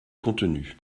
contenu